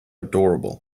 adorable